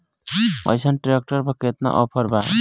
अइसन ट्रैक्टर पर केतना ऑफर बा?